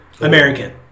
American